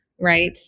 right